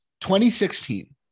2016